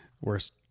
Worst